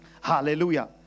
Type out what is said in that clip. Hallelujah